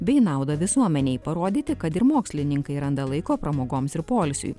bei naudą visuomenei parodyti kad ir mokslininkai randa laiko pramogoms ir poilsiui